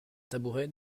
tabouret